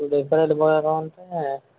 two days తరువాత ఎటు పోదామంటే